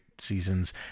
seasons